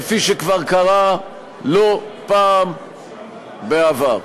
כפי שכבר קרה לא פעם בעבר.